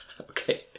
Okay